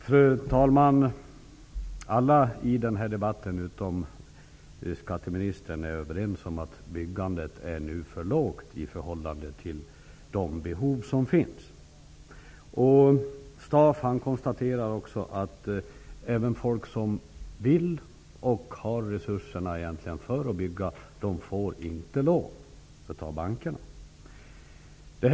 Fru talman! Alla som deltar i denna debatt, utom skatteministern, är överens om att byggandet nu är för lågt i förhållande till de behov som finns. Harry Staaf konstaterar att inte heller de som vill och egentligen har resurserna för att bygga får lov av bankerna att göra det.